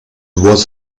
was